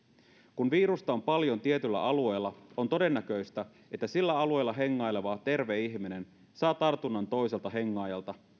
kun virusta on paljon tietyllä alueella on todennäköistä että sillä alueella hengaileva terve ihminen saa tartunnan toiselta hengaajalta